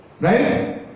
Right